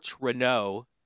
Renault